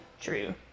true